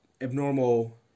abnormal